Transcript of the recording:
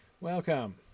Welcome